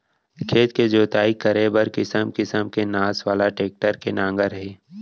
खेत के जोतई करे बर किसम किसम के नास वाला टेक्टर के नांगर हे